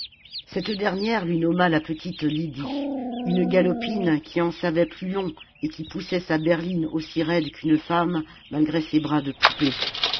cette dernière lui nomma la petite lydie une galopine qui en savait plus long et qui poussait sa berline aussi raide qu'une femme malgré ses bras de poupée